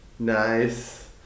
Nice